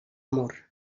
mur